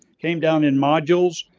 came down in modules.